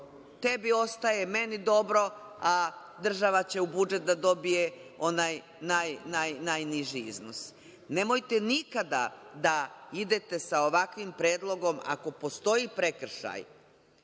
tebi ostaje, meni dobro, a država će u budžet da dobije onaj najniži iznos. Nemojte nikada da idete sa ovakvim predlogom. Ako postoji prekršaj,